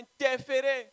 interférer